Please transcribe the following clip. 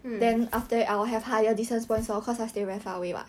mm